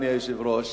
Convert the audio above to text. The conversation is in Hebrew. אדוני היושב-ראש,